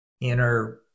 inner